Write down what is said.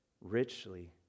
richly